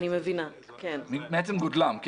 מעצם גודלם.